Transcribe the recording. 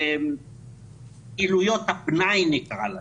בפעילויות הפנאי, נקרא להן,